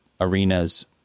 arenas